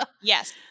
yes